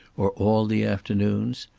or all the afternoons.